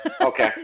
Okay